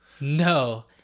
No